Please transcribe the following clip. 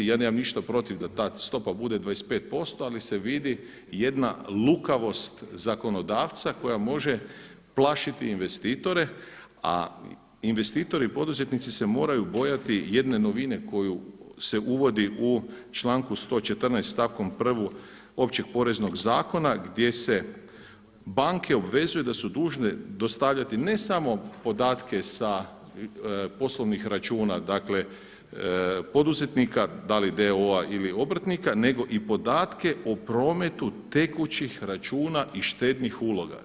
Ja nemam ništa protiv da ta stopa bude 25% ali se vidi jedna lukavost zakonodavca koja može plašiti investitore, a investitori i poduzetnici se moraju bojati jedne novine koju se uvodi u članku 114. stavku 1. Općeg poreznog zakona gdje se banke obvezuju da su dužne dostavljati ne samo podatke sa poslovnih računa, dakle poduzetnika da li d.o.o. ili obrtnika nego i podatke o prometu tekućih računa i štednih uloga.